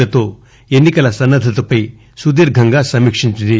లతో ఎన్నికల సన్నద్దతపై సుదీర్ఘంగా సమీక జరిపింది